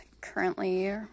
currently